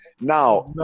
Now